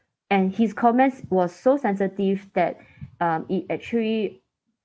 and his comments was so sensitive that um it actually